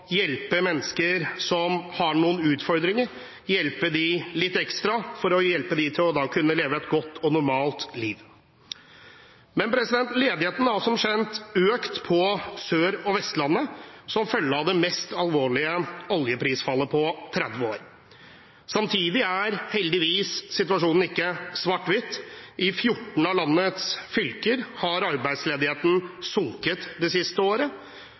hjelpe mennesker som har noen utfordringer, hjelpe dem litt ekstra slik at de skal kunne leve et godt og normalt liv. Ledigheten har som kjent økt på Sør- og Vestlandet som følge av det mest alvorlige oljeprisfallet på 30 år. Samtidig er heldigvis situasjonen ikke svart-hvit. I 14 av landets fylker har arbeidsledigheten sunket det siste året,